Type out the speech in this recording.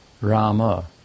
Rama